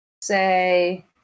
say